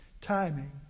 Timing